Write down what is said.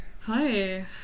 Hi